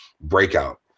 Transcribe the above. breakout